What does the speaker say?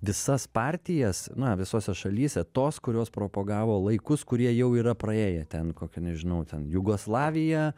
visas partijas na visose šalyse tos kurios propagavo laikus kurie jau yra praėję ten kokio nežinau ten jugoslavija